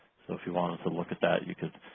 so if you want to look at that you could